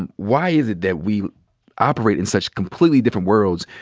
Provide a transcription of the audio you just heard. and why is it that we operate in such completely different worlds,